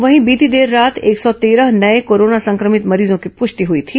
वहीं बीती देर रात एक सौ तेरह नये कोरोना संक्रमित मरीजों की पुष्टि हुई थी